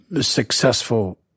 successful